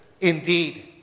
indeed